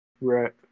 right